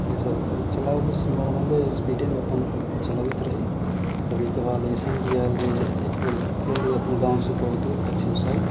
इहे सब चलाबै बस नोर्मले स्पीडेमे अपन चलबैत रही कभी कभार एसन भी आयल जे एक बेर गेल रहियै अपन गाँवसँ बहुत दूर पश्चिम साइड